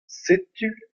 setu